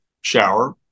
shower